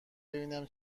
ببینم